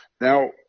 Now